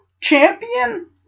champion